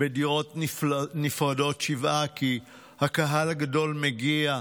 שבעה בדירות נפרדות, כי הקהל הגדול מגיע,